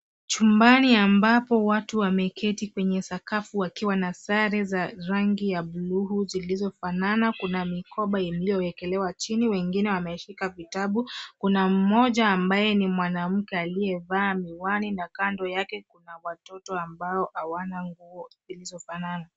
Chumbani ambapo watu wameketi kwenye sakafu wakiwa na sare za buluu zilizofanana. Kuna mikoba iliyowekelewa chini. Wengine wameshika vitabu. Kuna mmoja ambaye ni mwanamke aliyevaa miwani na kando yake kuna watoto ambao hawana nguo zilizofanana.